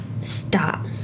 stop